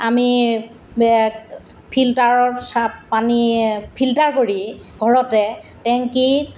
আমি ফিল্টাৰত পানী ফিল্টাৰ কৰি ঘৰতে টেংকীত